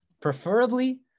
Preferably